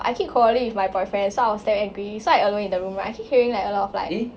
I keep quarrelling with my boyfriend so I was damn angry so I alone in the room right I keep hearing a lot of like